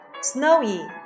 Snowy